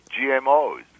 GMOs